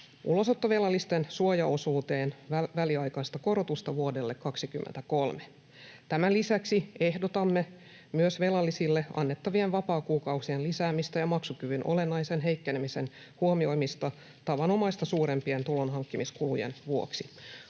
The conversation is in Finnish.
ulosottovelallisten suojaosuuteen väliaikaista korotusta vuodelle 23. Tämän lisäksi ehdotamme myös velallisille annettavien vapaakuukausien lisäämistä ja maksukyvyn olennaisen heikkenemisen huomioimista tavanomaista suurempien tulonhankkimiskulujen vuoksi.